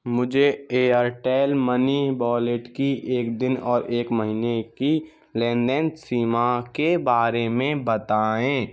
मुझे Airtel money wallet की एक दिन और एक महीने की लेन देन सीमा के बारे में बताएँ